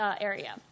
area